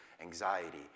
anxiety